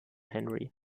henry